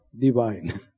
Divine